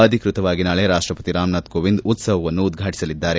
ಅಧಿಕೃತವಾಗಿ ನಾಳೆ ರಾಷ್ಟಪತಿ ರಾಮನಾಥ್ ಕೋವಿಂದ್ ಉತ್ಸವವನ್ನು ಉದ್ವಾಟಸಲಿದ್ದಾರೆ